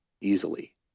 easily